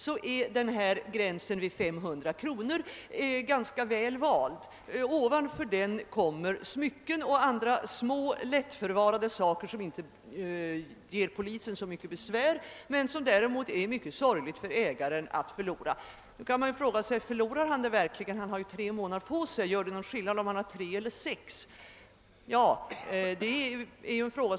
Med tanke på detta är gränsen vid 500 kr. väl vald. Ovanför den hamnar smycken och andra små, lättförvarade saker, som inte vållar polisen så mycket besvär men som det är mycket sorgligt för ägaren att mista. Nu kan det invändas: Förlorar ägaren verkligen sitt gods? Gör det någon skillnad om han eller hon har tre månader på sig i stället för sex?